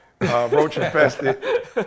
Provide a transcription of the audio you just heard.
roach-infested